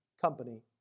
Company